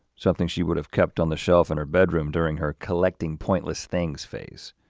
something she would have kept on the shelf in her bedroom during her collecting pointless things phase.